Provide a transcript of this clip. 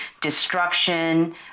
destruction